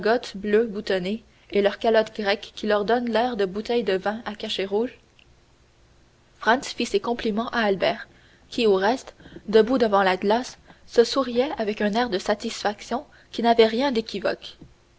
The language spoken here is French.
et leurs calottes grecques qui leur donnent l'air de bouteilles de vin à cachet rouge franz fit ses compliments à albert qui au reste debout devant la glace se souriait avec un air de satisfaction qui n'avait rien d'équivoque